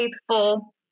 faithful